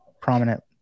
prominent